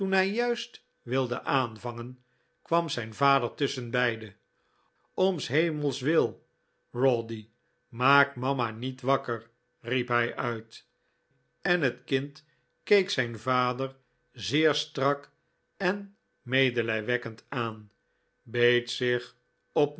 juist wilde aanvangen kwam zijn vader tusschenbeide orn s hemels wil rawdy maak mama niet wakker riep hij uit en het kind keek zijn vader zeer strak en medelijwekkend aan beet zich op